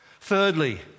Thirdly